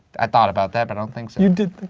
i thought about that, but i don't think so. you did think